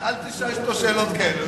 אל תשאל אותו שאלות כאלה.